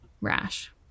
rash